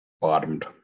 bottomed